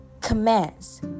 commands